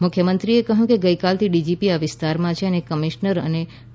મુખ્યમંત્રીએ કહ્યું કે ગઈકાલથી ડીજીપી આ વિસ્તારમાં છે અને કમિશનર ગઢવાલઅને ડી